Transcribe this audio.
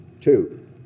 Two